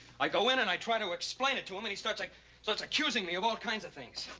i go in and i try to explain it to him, and he starts. like starts accusing me of all kinds of things.